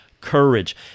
courage